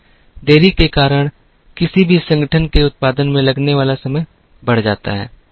देरी के कारण किसी भी संगठन के उत्पादन में लगने वाला समय बढ़ जाता है